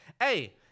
Hey